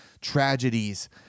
tragedies